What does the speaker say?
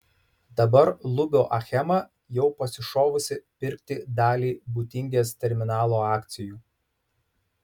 dabar lubio achema jau pasišovusi pirkti dalį būtingės terminalo akcijų